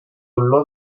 olor